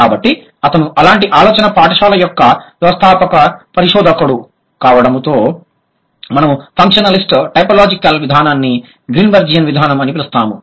కాబట్టి అతను అలాంటి ఆలోచనా పాఠశాల యొక్క వ్యవస్థాపక పరిశోధకుడు కావడంతో మనము ఫంక్షనలిస్ట్ టైపోలాజికల్ విధానాన్ని గ్రీన్బెర్జియన్ విధానం అని పిలుస్తాము